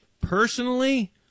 Personally